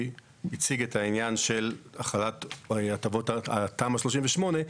הציג את העניין של החלת ההטבות של תמ"א 38,